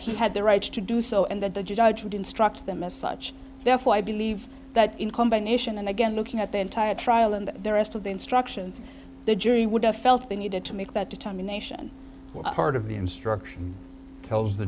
he had the right to do so and that the judge would instruct them as such therefore i believe that in combination and again looking at the entire trial and their rest of the instructions the jury would have felt they needed to make that determination part of the instruction tells the